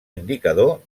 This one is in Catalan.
indicador